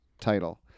title